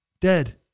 Dead